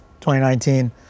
2019